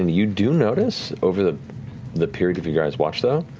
and you do notice over the the period of your guys' watch, though,